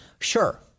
Sure